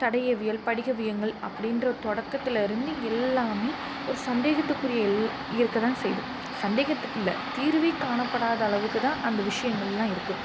தடயவியல் படிகவியங்கள் அப்படின்ற தொடக்கத்திலருந்து எல்லாமே ஒரு சந்தேகத்துக்குரிய எல் இருக்க தான் செய்து சந்தேகத்துக்கு இல்லை தீர்வே காணப்படாத அளவுக்கு தான் அந்த விஷயங்கள்லாம் இருக்குது